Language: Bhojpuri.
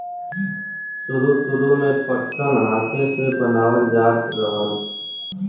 सुरु सुरु में पटसन हाथे से बनावल जात रहल